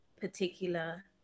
particular